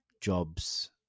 jobs